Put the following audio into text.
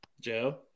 Joe